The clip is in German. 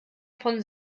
von